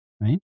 Right